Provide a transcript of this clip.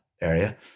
area